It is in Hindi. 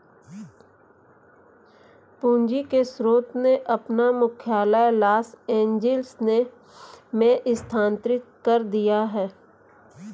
पूंजी के स्रोत ने अपना मुख्यालय लॉस एंजिल्स में स्थानांतरित कर दिया